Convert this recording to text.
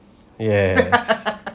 yes